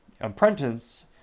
apprentice